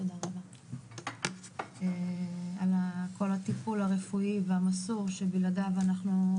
תודה רבה על כל הטיפול הרפואי והמסור שבלעדיו אנחנו,